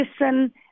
listen